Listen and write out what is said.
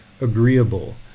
agreeable